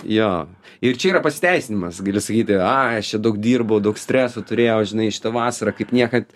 jo ir čia yra pasiteisinimas gali sakyti ai aš čia daug dirbau daug streso turėjau žinai šitą vasarą kaip niekad